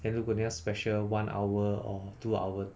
then 如果你要 special one hour or two hours